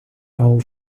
all